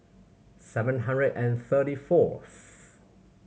seven hundred and thirty fourth